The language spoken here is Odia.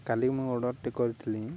କାଲି ମୁଁ ଅର୍ଡ଼ରଟେ କରିଥିଲି